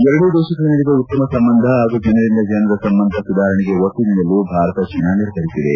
ಎರಡೂ ದೇಶಗಳ ನಡುವೆ ಉತ್ತಮ ಸಂಬಂಧ ಹಾಗೂ ಜನರಿಂದ ಜನರ ಸಂಬಂಧ ಸುಧಾರಣೆಗೆ ಒತ್ತು ನೀಡಲು ಭಾರತ ಚೀನಾ ನಿರ್ಧರಿಸಿವೆ